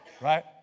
Right